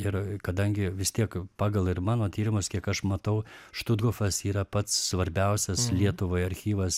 ir kadangi vis tiek pagal ir mano tyrimus kiek aš matau štuthofas yra pats svarbiausias lietuvai archyvas